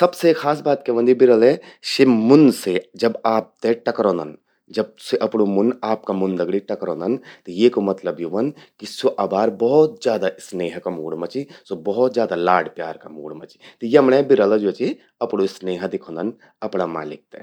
सबसे खास बात क्या ह्वोंदि बिरल़े, सि मुन से जब आपते टकरौंदन, जब सि अपणूं मुन आपका मुन दगणि टकरौंदन, येकु मतलब यो ह्वंद कि स्वो अभि बहुत ज्यादा स्नेह का मूड मां चि। भौत ज्यादा लाड-प्यार का मूड मां चि। त यमणें बिरल़ा जो चि अपणूं स्नेह दिखौंदन अपणा मालिक ते।